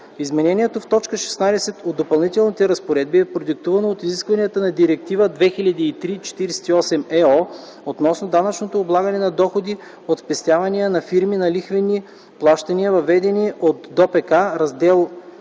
Изменението в т. 16 от Допълнителните разпоредби е продиктувано от изискванията на Директива 2003/48/ЕО, относно данъчното облагане на доходи от спестявания под формата на лихвени плащания, въведена в ДОПК, раздел VІ